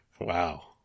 Wow